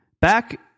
Back